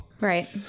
Right